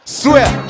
swear